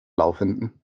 laufenden